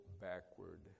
backward